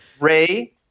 Ray